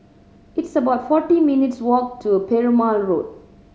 it's about forty minutes' walk to Perumal Road